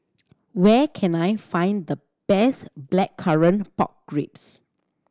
where can I find the best Blackcurrant Pork Ribs